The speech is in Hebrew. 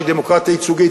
שהיא דמוקרטיה ייצוגית,